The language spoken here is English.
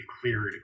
cleared